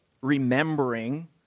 remembering